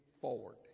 forward